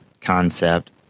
concept